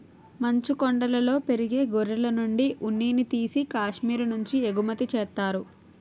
మంచుకొండలలో పెరిగే గొర్రెలనుండి ఉన్నిని తీసి కాశ్మీరు నుంచి ఎగుమతి చేత్తారు